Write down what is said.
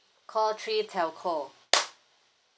call three telco